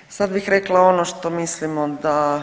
Dakle, sad bih rekla ono što mislimo da